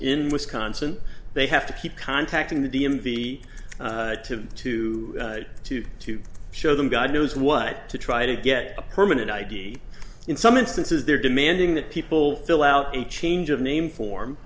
in wisconsin they have to keep contacting the d m v to to to to show them god knows what to try to get a permanent i d in some instances they're demanding that people fill out a change of name form